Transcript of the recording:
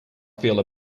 feel